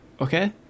okay